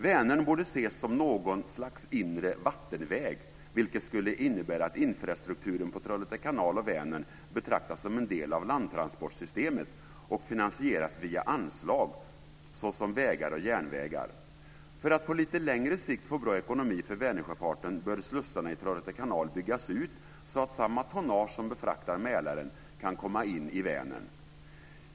Vänern borde ses som något slags inre vattenväg, vilket skulle innebära att infrastrukturen på Trollhätte kanal och Vänern betraktas som en del av landtransportsystemet och finansieras via anslag såsom vägar och järnvägar. För att på lite längre sikt få bra ekonomi för Vänersjöfarten bör slussarna i Trollhätte kanal byggas ut så att samma tonnage som befraktar Mälaren kan komma in i Vänern.